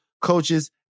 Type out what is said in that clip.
coaches